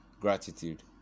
Gratitude